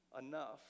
enough